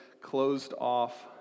closed-off